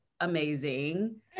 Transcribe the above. amazing